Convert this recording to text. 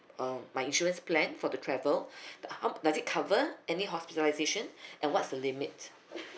uh my insurance plan for the travel ho~ does it cover any hospitalisation and what's the limit